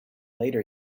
later